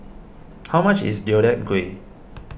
how much is Deodeok Gui